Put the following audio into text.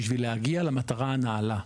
בשביל להגיע למטרה הנעלה.